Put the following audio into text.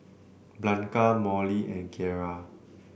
Blanca Molly and Kiera